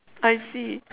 I see